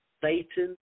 Satan